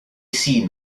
seen